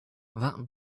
that